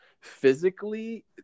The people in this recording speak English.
Physically